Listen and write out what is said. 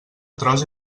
tros